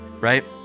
right